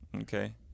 okay